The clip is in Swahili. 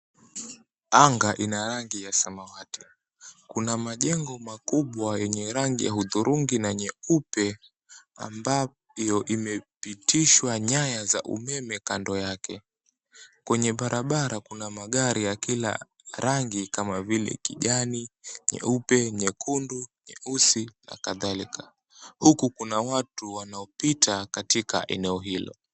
Anga ina rangi ya samawati. Kuna majengo makubwa yenye rangi ya hudhurungi na nyeupe, ambayo imepitishwa nyaya za umeme. Kando yake, kwenye barabara, kuna magari ya kila rangi kama vile kijani, nyeupe, nyekundu, nyeusi na kadhalika. Huku, kuna watu wanaopita katika eneo hilo.